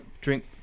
drink